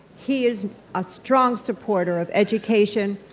he is a strong supporter of education,